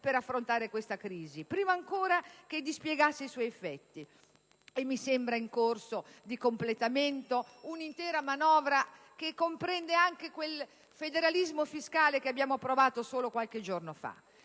per affrontare questa crisi. Prima ancora - ripeto - che essa dispiegasse i suoi effetti. E mi sembra in corso di completamento un'intera manovra, che comprende anche quel federalismo fiscale che abbiamo approvato solo qualche giorno fa.